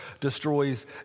destroys